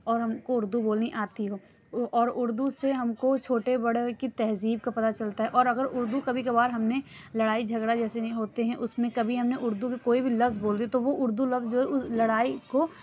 اور ہم کو اُردو بولنے آتی ہو اور اُردو سے ہم کو چھوٹے بڑے کی تہذیب کا پتہ چلتا ہے اور اگر اُردو کبھی کبھار ہم نے لڑائی جھگڑا جیسے نہیں ہوتے ہیں اُس میں کبھی ہم نے اُردو کے کوئی بھی لفظ بول دیے تو وہ اُردو لفظ جو ہے اُس لڑائی کو